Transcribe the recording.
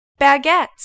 Baguettes